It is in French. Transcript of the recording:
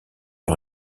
par